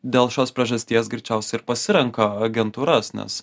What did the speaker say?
dėl šios priežasties greičiausiai ir pasirenka agentūras nes